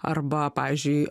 arba pavyzdžiui